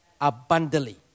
abundantly